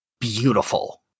beautiful